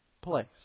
place